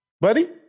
Buddy